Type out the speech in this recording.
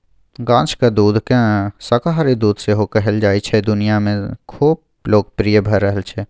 गाछक दुधकेँ शाकाहारी दुध सेहो कहल जाइ छै दुनियाँ मे खुब लोकप्रिय भ रहल छै